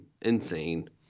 Insane